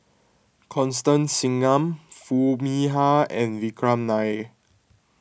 Constance Singam Foo Mee Har and Vikram Nair